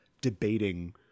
debating